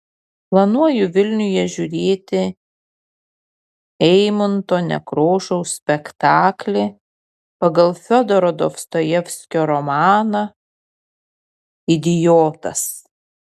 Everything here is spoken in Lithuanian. planuoju vilniuje žiūrėti eimunto nekrošiaus spektaklį pagal fiodoro dostojevskio romaną idiotas